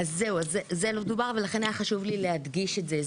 זה לא דובר ולכן היה חשוב לי להדגיש את זה.